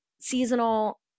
seasonal